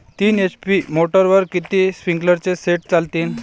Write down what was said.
तीन एच.पी मोटरवर किती स्प्रिंकलरचे सेट चालतीन?